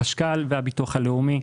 החשכ"ל והביטוח הלאומי,